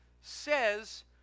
Says